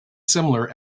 similar